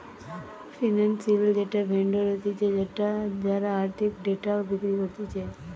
financial data vendor হতিছে যারা আর্থিক ডেটা বিক্রি করতিছে